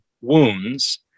wounds